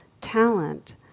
talent